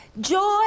Joy